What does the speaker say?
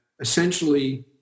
essentially